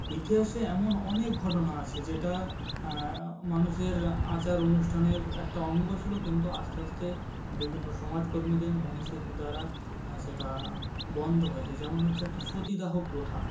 ইতিহাসে এমন অনেক ঘটনা আছে যেটা মানুষের আচার অনুষ্ঠানের একটা অঙ্গ ছিল কিন্তু আস্তে আস্তে বিভিন্ন সমাজকর্মীদের মনীষীদের দ্বারা সেটা বন্ধ হয়েছে যেমন হচ্ছে একটা সতীদাহ প্রথা